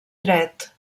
dret